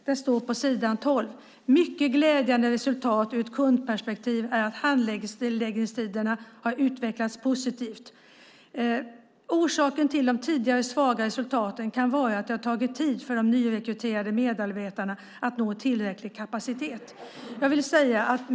Där står på s. 12: "Ett mycket glädjande resultat ur ett kundperspektiv är att handläggningstiderna har utvecklats positivt". Orsaker till de tidigare svaga resultaten "kan vara att det har tagit tid för de nyrekryterade medarbetarna att nå tillräcklig kapacitet".